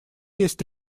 есть